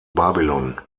babylon